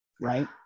Right